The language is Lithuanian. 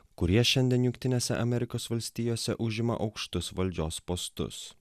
kurie šiandien jungtinėse amerikos valstijose užima aukštus valdžios postus